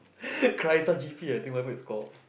Kraisa G_P I think whatever it's called